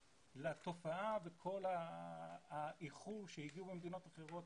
לתופעה וכל האיחור שהגיעו ממדינות אחרות,